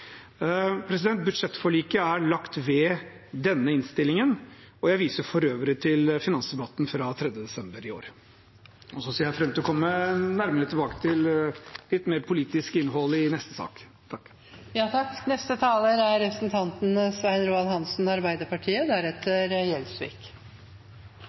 Budsjettforliket er lagt ved denne innstillingen, og jeg viser for øvrig til finansdebatten den 3. desember i år. Jeg ser fram til å komme tilbake med et innlegg med litt mer politisk innhold i neste sak.